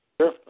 Sure